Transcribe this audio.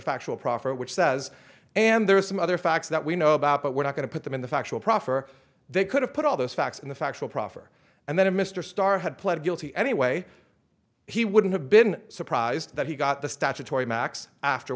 factual proffer which says and there are some other facts that we know about but we're not going to put them in the factual proffer they could have put all those facts in the factual proffer and then mr starr had pled guilty anyway he wouldn't have been surprised but he got the statutory max after